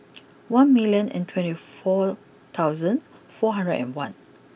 one million and twenty four thousand four hundred and one